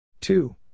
two